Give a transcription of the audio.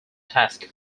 task